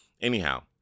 Anyhow